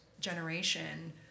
generation